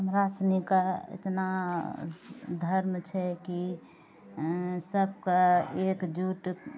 हमरा सनिके एतना धर्म छै कि सबके एकजुट